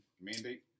Mandate